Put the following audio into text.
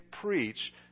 preach